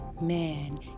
man